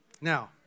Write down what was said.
Now